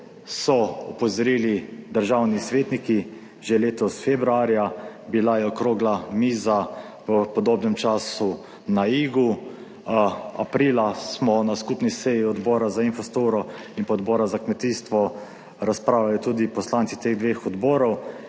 so opozorili državni svetniki že letos februarja, bila je okrogla miza v podobnem času na Igu, aprila smo na skupni seji Odbora za infrastrukturo in pa Odbora za kmetijstvo razpravljali tudi poslanci teh dveh odborov,